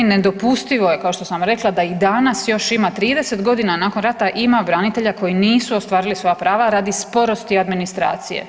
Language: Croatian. Nedopustivo je kao što sam rekla da i danas još ima 30 godina nakon rata ima branitelja koji nisu ostvarili svoja prava radi sporosti administracije.